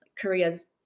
Korea's